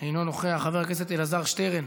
אינו נוכח, חבר הכנסת אלעזר שטרן,